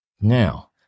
Now